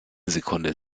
sekunde